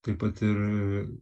taip pat ir